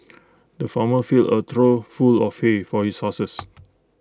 the farmer filled A trough full of hay for his horses